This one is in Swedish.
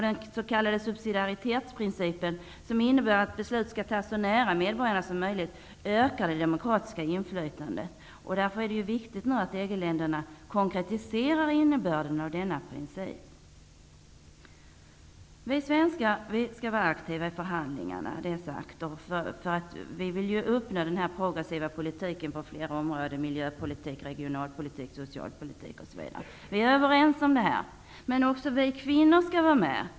Den s.k. subsidiaritetsprincipen, som innebär att besluten skall fattas så nära medborgarna som möjligt, ökar det demokratiska inflytandet. Det är därför viktigt att EG-länderna konkretiserar innebörden av denna princip. Vi är överens om att vi svenskar skall vara aktiva i förhandlingarna för att uppnå en progressiv politik på flera områden, såsom miljöpolitik, regionalpolitik, socialpolitik m.m. Men också vi kvinnor skall vara med.